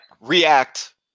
React